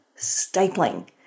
stapling